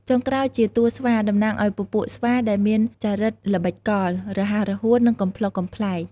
ចុងក្រោយជា តួស្វា តំណាងឲ្យពពួកស្វា ដែលមានចរិតល្បិចកល រហ័សរហួន និងកំប្លុកកំប្លែង។